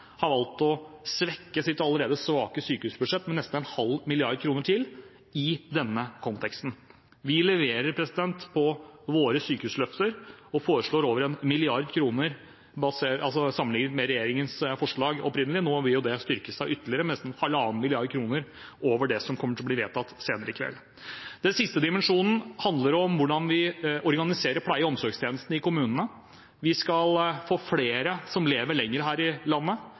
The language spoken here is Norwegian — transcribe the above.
har valgt å svekke sitt allerede svake sykehusbudsjett med nesten 0,5 mrd. kr til i denne konteksten. Vi leverer på våre sykehusløfter og foreslår over 1 mrd. kr sammenlignet med regjeringens opprinnelige forslag – nå vil jo det styrke seg ytterligere, med nesten 1,5 mrd. kr over det som kommer til å bli vedtatt senere i kveld. Den siste dimensjonen handler om hvordan vi organiserer pleie- og omsorgstjenestene i kommunene. Vi skal få flere som lever lenger her i landet.